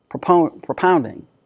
propounding